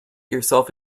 yourself